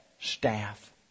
staff